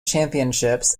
championships